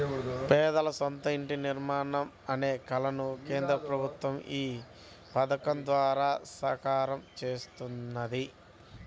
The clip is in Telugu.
పేదల సొంత ఇంటి నిర్మాణం అనే కలను కేంద్ర ప్రభుత్వం ఈ పథకం ద్వారా సాకారం చేస్తున్నది